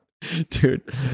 dude